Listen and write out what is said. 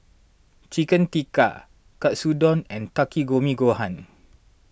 Chicken Tikka Katsudon and Takikomi Gohan